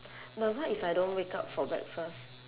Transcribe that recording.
but what if I don't wake up for breakfast